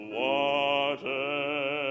water